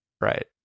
Right